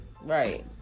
Right